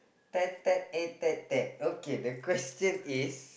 ted ted a ted ted okay the question is